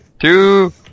two